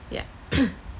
yup